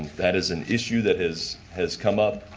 that is an issue that is has come up.